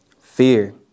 Fear